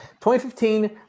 2015